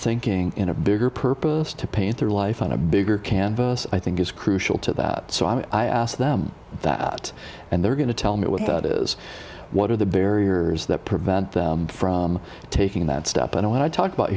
thinking in a bigger purpose to paint their life on a bigger canvas i think is crucial to that so i asked them that and they're going to tell me what that is what are the barriers that prevent them from taking that step and i talk about